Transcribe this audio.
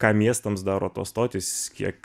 ką miestams daro tos stotys kiek